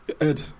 Ed